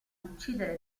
uccidere